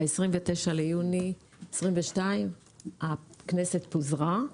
ב-29 ביוני 2022 הכנסת פוזרה.